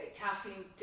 caffeine